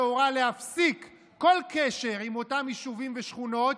שהורה להפסיק כל קשר עם אותם יישובים ושכונות,